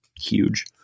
huge